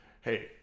hey